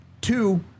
Two